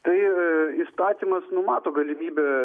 tai įstatymas numato galimybę